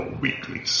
weekly